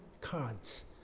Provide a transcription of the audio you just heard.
cards